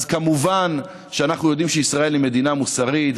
אז כמובן שאנחנו יודעים שישראל היא מדינה מוסרית,